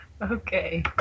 Okay